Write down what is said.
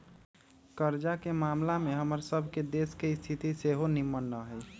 कर्जा के ममला में हमर सभ के देश के स्थिति सेहो निम्मन न हइ